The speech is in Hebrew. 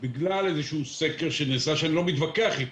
בגלל איזשהו סקר שנעשה, שאני לא מתווכח איתו.